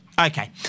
Okay